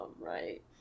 right